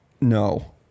No